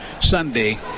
Sunday